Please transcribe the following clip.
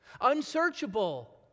unsearchable